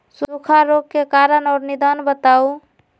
सूखा रोग के कारण और निदान बताऊ?